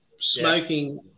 smoking